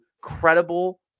credible